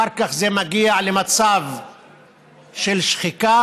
אחר כך זה מגיע למצב של שחיקה